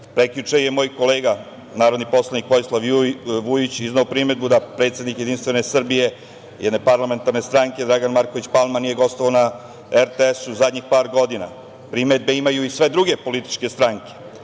servisa. Prekjuče je moj kolega narodni poslanik Vojislav Vujić izneo primedbu da predsednik Jedinstvene Srbije, jedne parlamentarne stranke Dragan Marković Palma nije gostovao na RTS zadnjih par godina. Primedbe imaju i sve druge političke stranke,